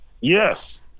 Yes